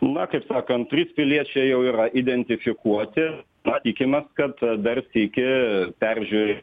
na kaip sakant trys piliečiai jau yra identifikuoti na tikimės kad dar sykį peržiūrės